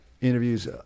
interviews